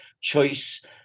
choice